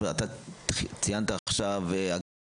ציינת עכשיו הגנה על